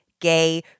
gay